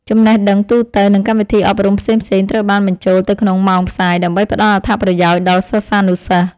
ចំណេះដឹងទូទៅ និងកម្មវិធីអប់រំផ្សេងៗត្រូវបានបញ្ចូលទៅក្នុងម៉ោងផ្សាយ ដើម្បីផ្តល់អត្ថប្រយោជន៍ដល់សិស្សានុសិស្ស។